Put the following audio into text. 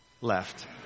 left